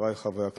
חברי חברי הכנסת,